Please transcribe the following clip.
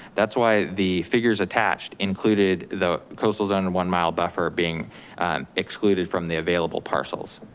that's why the figures attached included the coastal zoe one-mile buffer being excluded from the available parcels.